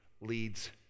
leads